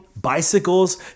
bicycles